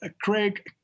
Craig